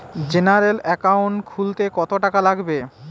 General account খুলতে কত টাকা লাগবে?